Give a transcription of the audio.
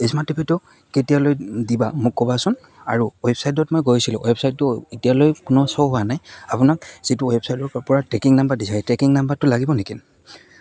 smart TV টো কেতিয়ালৈ দিবা মোক ক'বাচোন আৰু ৱেবছাইটত মই গৈছিলোঁ ৱেবছাইটটো এতিয়ালৈ কোনো শ্ব' হোৱা নাই আপোনাক যিটো ৱেবছাইটৰ পৰা ট্ৰেকিং নম্বৰ দিছে ট্ৰেকিং নম্বৰটো লাগিব নেকি